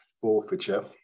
forfeiture